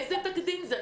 איזה תקדים זה?